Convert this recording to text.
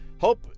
Hope